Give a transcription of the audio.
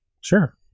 sure